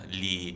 li